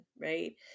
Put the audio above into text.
right